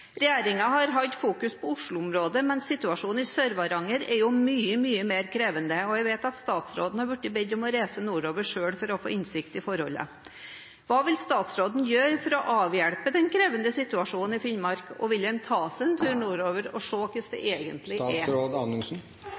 har hatt fokus på Oslo-området, men situasjonen i Sør-Varanger er mye mer krevende. Jeg vet at statsråden har blitt bedt om å reise nordover for selv å få innsikt i forholdene. Hva vil statsråden gjøre for å avhjelpe den krevende situasjonen i Finnmark? Vil han ta seg en tur nordover for å se hvordan det egentlig er?